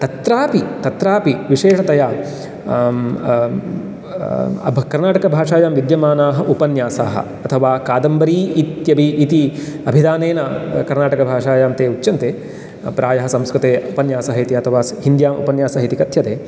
तत्रापि तत्रापि विशेषतया कर्नाटकभाषायां विद्यमानाः उपन्यासाः अथवा कादम्बरी इति अभिधानेन कर्नाटकभाषायां ते उच्यन्ते प्रायः संस्कृते उपन्यासः इति अथवा हिन्द्याम् उपन्यासः इति कथ्यते